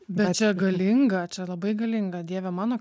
bet čia galinga čia labai galinga dieve mano